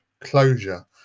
closure